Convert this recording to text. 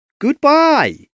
goodbye